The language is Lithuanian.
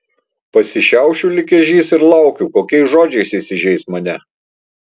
pasišiaušiu lyg ežys ir laukiu kokiais žodžiais jis įžeis mane